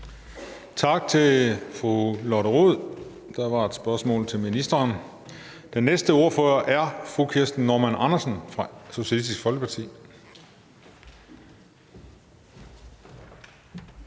Tak til fru Lotte Rod. Der var et spørgsmål til ministeren. Den næste ordfører er fru Kirsten Normann Andersen fra Socialistisk Folkeparti.